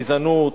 גזענות,